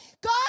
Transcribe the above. God